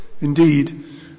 Indeed